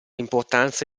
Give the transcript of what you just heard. importanza